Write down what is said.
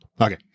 okay